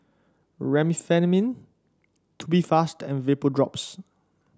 Remifemin Tubifast and Vapodrops